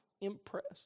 impressed